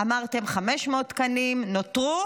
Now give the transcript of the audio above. אמרתם 500 תקנים, נותרו